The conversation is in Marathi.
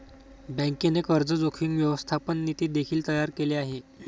बँकेने कर्ज जोखीम व्यवस्थापन नीती देखील तयार केले आहे